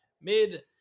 mid